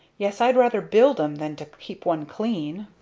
yes i'd rather build em than to keep one clean!